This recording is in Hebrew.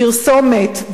פרסומת,